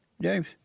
James